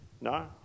no